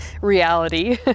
reality